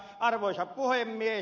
arvoisa puhemies